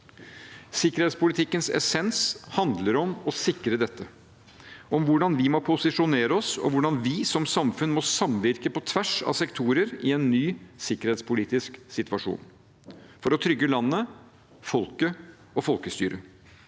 Sikkerhetspolitikkens essens handler om å sikre dette – om hvordan vi må posisjonere oss, og hvordan vi som samfunn må samvirke på tvers av sektorer i en ny sikkerhetspolitisk situasjon for å trygge landet, folket og folkestyret.